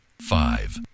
Five